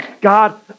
God